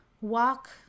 walk